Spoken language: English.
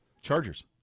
Chargers